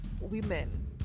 women